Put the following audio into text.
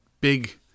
big